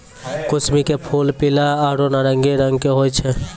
कुसमी के फूल पीला आरो नारंगी रंग के होय छै